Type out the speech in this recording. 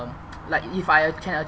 like if I uh can